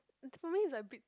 tell me is a bit